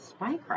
spycraft